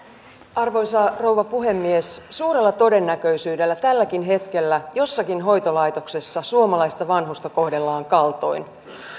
arvoisa rouva puhemies suurella todennäköisyydellä tälläkin hetkellä jossakin hoitolaitoksessa suomalaista vanhusta kohdellaan kaltoin